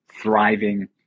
thriving